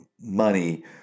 money